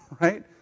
right